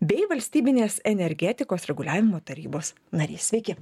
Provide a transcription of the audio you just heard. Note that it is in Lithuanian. bei valstybinės energetikos reguliavimo tarybos narys sveiki